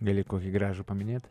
gali kokį gražų paminėt